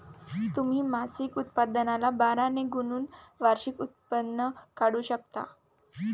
तुम्ही मासिक उत्पन्नाला बारा ने गुणून वार्षिक उत्पन्न काढू शकता